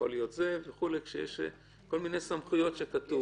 יש כל מיני סמכויות שכתוב.